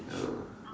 ya